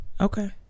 Okay